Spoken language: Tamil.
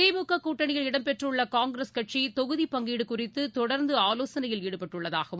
திமுக கூட்டணியில் இடம்பெற்றுள்ள காங்கிரஸ் கட்சி தொகுதி பங்கீடு குறித்து தொடர்ந்து ஆலோசனையில் ஈடுபட்டுள்ளதாகவும்